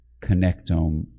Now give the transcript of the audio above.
connectome